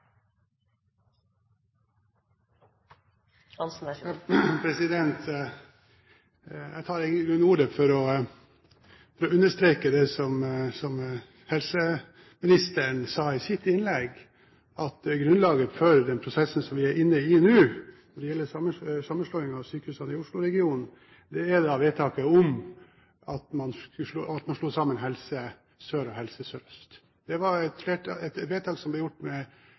Jeg tar i grunnen ordet for å understreke det som helseministeren sa i sitt innlegg, at grunnlaget for den prosessen som vi er inne i nå når det gjelder sammenslåingen av sykehusene i Oslo-regionen, er vedtaket om å slå sammen Helse Sør og Helse Øst. Det var et vedtak som ble gjort